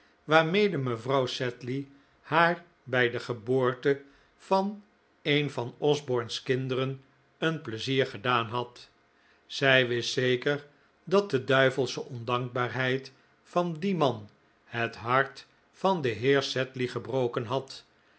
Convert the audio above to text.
waarmee mevrouw sedley haar bij de geboorte van een van osborne's kinderen een pleizier gedaan had zij wist zeker dat de duivelsche ondankbaarheid van dien man het hart van den heer sedley gebroken had